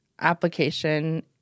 application